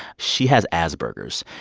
she has asperger's.